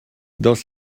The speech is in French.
dans